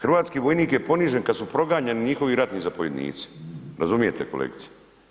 Hrvatski vojnik je ponižen kada su proganjani njihovi ratni zapovjednici, razumijete kolegice?